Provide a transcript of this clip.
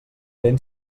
ben